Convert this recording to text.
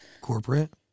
corporate